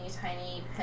tiny